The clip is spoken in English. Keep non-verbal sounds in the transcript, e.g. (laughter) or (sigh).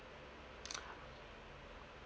(noise)